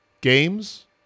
games